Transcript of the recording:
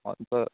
अन्त